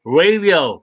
radio